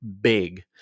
big